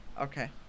Okay